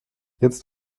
jetzt